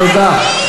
תודה.